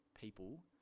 people